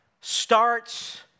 starts